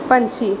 ਪੰਛੀ